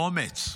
"אומץ",